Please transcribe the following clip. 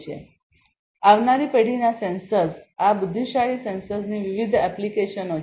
તેથી આવનારી પેઢીના સેન્સર્સ આ બુદ્ધિશાળી સેન્સર્સની વિવિધ એપ્લિકેશનો છે